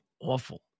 awful